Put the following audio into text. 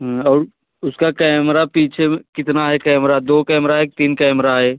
और उसका कैमरा पीछे में कितना है कैमरा दो कैमरा है कि तीन कैमरा है